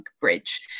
Bridge